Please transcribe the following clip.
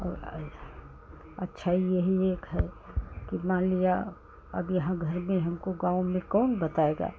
और या अच्छाई यही एक है कि मान लिया अब यहाँ घर में हमको गाँव में कौन बताएगा